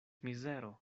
mizero